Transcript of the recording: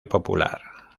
popular